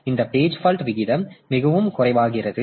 இந்த page fault விகிதம் மிகவும் குறைவாகிறது